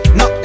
no